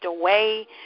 away